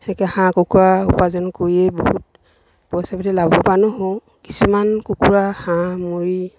সেনেকৈ হাঁহ কুকুৰা উপাৰ্জন কৰিয়েই বহুত পইচা পাতি লাভৱানো হওঁ কিছুমান কুকুৰা হাঁহ মৰি